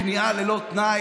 כניעה ללא תנאי,